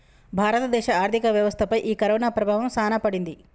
భారత దేశ ఆర్థిక వ్యవస్థ పై ఈ కరోనా ప్రభావం సాన పడింది